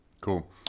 Cool